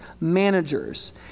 managers